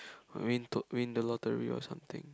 I mean to~ win the lottery or something